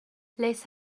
ليس